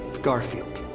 garfield.